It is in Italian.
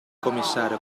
commissario